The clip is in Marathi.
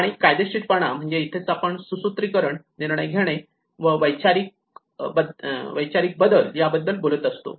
आणि कायदेशीरपणा म्हणजेच इथे आपण सुसूत्रीकरण निर्णय घेणेव वैचारिक बदल याबद्दल बोलत असतो